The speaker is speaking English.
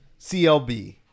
CLB